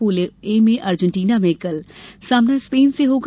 pool A में Argentina में कल सामना स्पेन से होगा